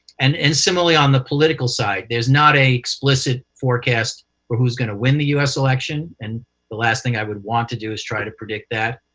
and and similarly, on the political side, there's not a explicit forecast for who's going to win the u s. election, and the last thing i would want to do is try to predict that.